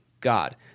God